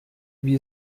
wie